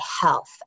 health